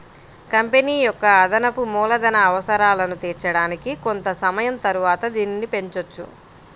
company యొక్క అదనపు మూలధన అవసరాలను తీర్చడానికి కొంత సమయం తరువాత దీనిని పెంచొచ్చు